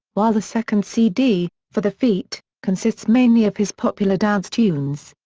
while the second cd, for the feet, consists mainly of his popular dance tunes.